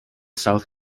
south